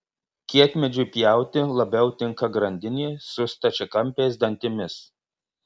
kietmedžiui pjauti labiau tinka grandinė su stačiakampiais dantimis